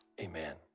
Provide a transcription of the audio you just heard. amen